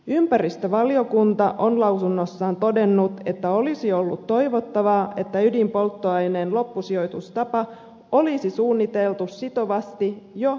ympäristövaliokunta on lausunnossaan todennut että olisi ollut toivottavaa että ydinpolttoaineen loppusijoitustapa olisi suunniteltu sitovasti jo periaatepäätöshakemusvaiheessa